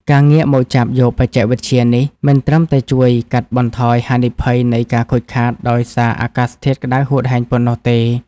ការងាកមកចាប់យកបច្ចេកវិទ្យានេះ មិនត្រឹមតែជួយកាត់បន្ថយហានិភ័យនៃការខូចខាតដោយសារអាកាសធាតុក្ដៅហួតហែងប៉ុណ្ណោះទេ។